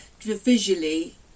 visually